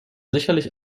sicherlich